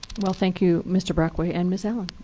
well, thank you mr. brockway and miss allen.